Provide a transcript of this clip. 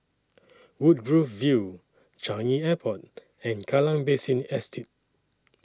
Woodgrove View Changi Airport and Kallang Basin Estate